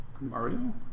Mario